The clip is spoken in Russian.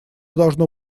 должно